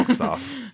off